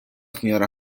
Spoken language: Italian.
signora